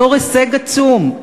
בתור הישג עצום.